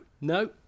no